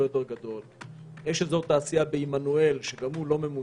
יותר גדול; יש אזור תעשייה בעמנואל שגם הוא לא ממוצה.